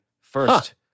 first